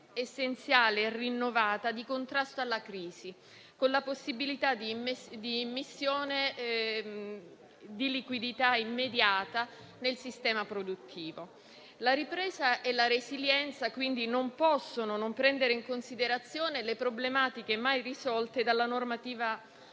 essenziale e rinnovata di contrasto alla crisi, con la possibilità di immissione di liquidità immediata nel sistema produttivo. La ripresa e la resilienza quindi non possono non prendere in considerazione le problematiche mai risolte dalla normativa